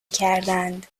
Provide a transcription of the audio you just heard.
کردند